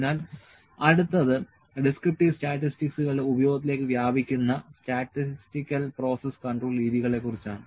അതിനാൽ അടുത്തത് ഡിസ്ക്രിപ്റ്റീവ് സ്റ്റാറ്റിസ്റ്റിക്സുകളുടെ ഉപയോഗത്തിലേക്ക് വ്യാപിക്കുന്ന സ്റ്റാറ്റിസ്റ്റിക്കൽ പ്രോസസ്സ് കൺട്രോൾ രീതികളാണ്